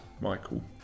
Michael